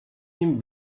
nim